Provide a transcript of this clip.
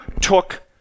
took